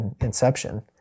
Inception